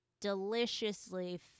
deliciously